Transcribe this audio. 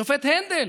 השופט הנדל